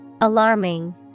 Alarming